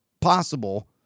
possible